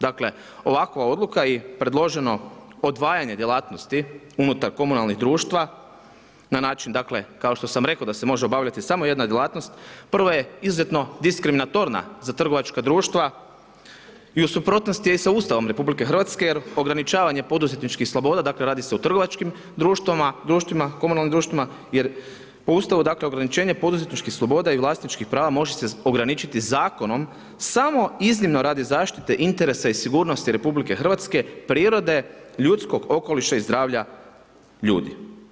Dakle ovakva odluka i predloženo odvajanje djelatnosti unutar komunalnih društva na način kao što sam rekao da se može obavljati samo jedna djelatnost prvo je izrazito diskriminatorna za trgovačka društva i u suprotnosti je sa Ustavom RH jer ograničavanje poduzetničkih sloboda, dakle radi se o trgovačkim komunalnim društvima jer po Ustavu dakle „ograničenje poduzetničkih sloboda i vlasničkih prava može se ograničiti zakonom samo iznimno radi zaštite i interesa i sigurnosti RH, prirode, ljudskog okoliša i zdravlja ljudi“